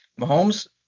Mahomes